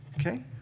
Okay